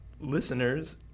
listeners